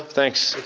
thanks.